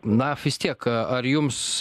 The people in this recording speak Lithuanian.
na vis tiek ar jums